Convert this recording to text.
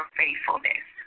faithfulness